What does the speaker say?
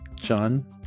John